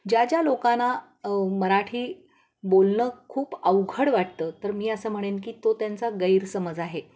ज्या ज्या लोकांना मराठी बोलणं खूप अवघड वाटतं तर मी असं म्हणेन की तो त्यांचा गैरसमज आहे